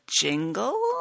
jingle